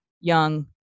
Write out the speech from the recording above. young